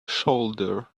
shoulder